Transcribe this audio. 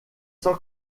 sans